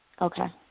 Okay